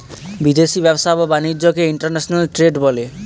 বিদেশি ব্যবসা বা বাণিজ্যকে ইন্টারন্যাশনাল ট্রেড বলে